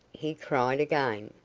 he cried again.